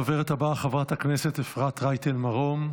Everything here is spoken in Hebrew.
הדוברת הבאה, חברת הכנסת אפרת רייטן מרום,